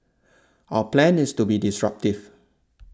our plan is to be disruptive